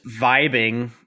vibing